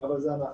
אבל זה אנחנו.